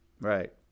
Right